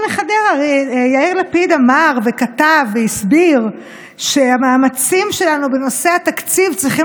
יאיר לפיד אמר וכתב והסביר שהמאמצים שלנו בנושא התקציב צריכים